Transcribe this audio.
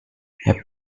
herr